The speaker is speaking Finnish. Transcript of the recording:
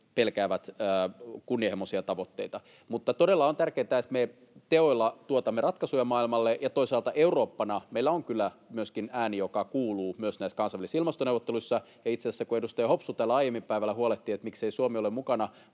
pelkäävät kunnianhimoisia tavoitteita. Todella on tärkeätä, että me teoilla tuotamme ratkaisuja maailmalle, ja toisaalta Eurooppana meillä on kyllä myöskin ääni, joka kuuluu myös näissä kansainvälisissä ilmastoneuvotteluissa. Itse asiassa, kun edustaja Hopsu täällä aiemmin päivällä huolehti siitä, miksei Suomi ole mukana